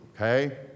Okay